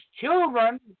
children